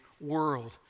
world